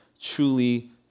truly